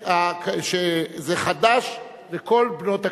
אני קובע שחוק המזונות (הבטחת תשלום) (תיקון מס'